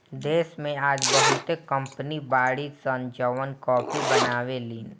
देश में आज बहुते कंपनी बाड़ी सन जवन काफी बनावे लीन